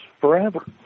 forever